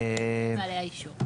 ובעלי האישור.